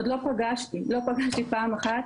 עוד לא פגשתי פעם אחת